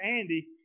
Andy